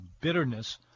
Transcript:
bitterness